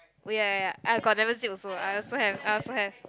oh ya ya ya I got never zip also I also have I also have